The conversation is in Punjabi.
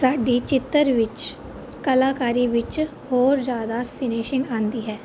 ਸਾਡੀ ਚਿੱਤਰ ਵਿੱਚ ਕਲਾਕਾਰੀ ਵਿੱਚ ਹੋਰ ਜ਼ਿਆਦਾ ਫਿਨਿਸ਼ਿੰਗ ਆਉਂਦੀ ਹੈ